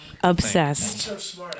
Obsessed